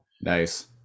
Nice